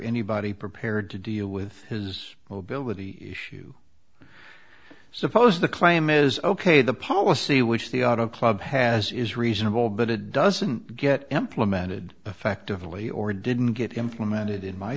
anybody prepared to deal with his mobility issue i suppose the claim is ok the policy which the auto club has is reasonable but it doesn't get implemented effectively or didn't get implemented in my